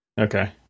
Okay